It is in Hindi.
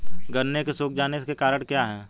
गन्ने के सूख जाने का क्या कारण है?